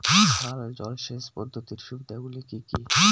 খাল জলসেচ পদ্ধতির সুবিধাগুলি কি কি?